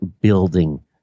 building